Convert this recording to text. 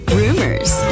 rumors